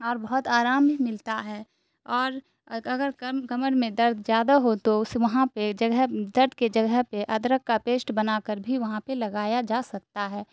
اور بہت آرام بھی ملتا ہے اور اگر کمر میں درد زیادہ ہو تو اس وہاں پہ جگہ درد کے جگہ پہ ادرک کا پیسٹ بنا کر بھی وہاں پہ لگایا جا سکتا ہے